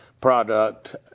product